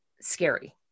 scary